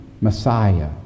Messiah